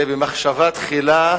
זה במחשבה תחילה